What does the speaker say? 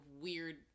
weird